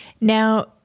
Now